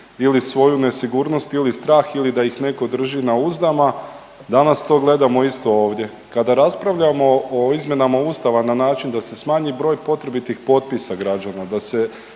ili svoju nesigurnost ili strah ili da ih neko drži na uzdama, danas to gledamo isto ovdje. Kada raspravljamo o izmjenama Ustava način da se smanji broj potrebitih potpisa građana,